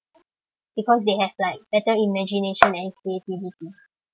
because they have like better imagination and creativity